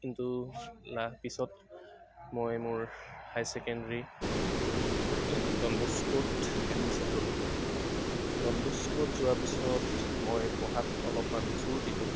কিন্তু পিছত মই মোৰ হাই ছেকেণ্ড্ৰী ডন বস্কোত এডমিশ্যন ল'লোঁ ডন বস্কোত যোৱাৰ পিছত মই পঢ়াত অলপমান জোৰ দিলোঁ